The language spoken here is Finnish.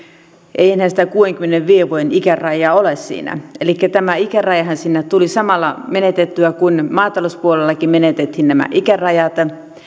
ei enää sitä kuudenkymmenenviiden vuoden ikärajaa ole tämä ikärajahan tuli siinä samalla menetettyä kun maatalouspuolellakin menetettiin nämä ikärajat